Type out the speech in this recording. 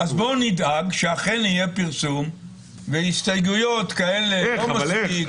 אז בואו נדאג שאכן יהיה פרסום והסתייגויות כאלה --- אבל איך?